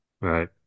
Right